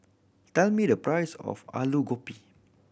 tell me the price of Alu Gobi